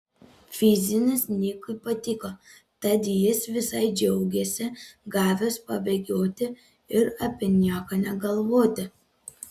fizinis nikui patiko tad jis visai džiaugėsi gavęs pabėgioti ir apie nieką negalvoti